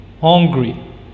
hungry